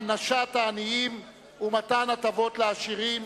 הענשת העניים ומתן הטבות לעשירים.